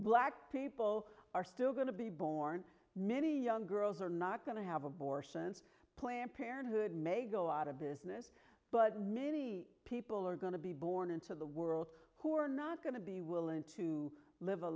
black people are still going to be born many young girls are not going to have abortions planned parenthood may go out of business but many people are going to be born into the world who are not going to be willing to live a